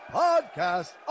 podcast